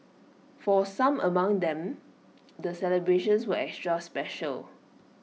for some among them the celebrations were extra special